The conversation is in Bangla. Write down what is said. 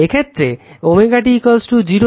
এক্ষেত্রে ω t 0 তো যখন ω t 0 I 0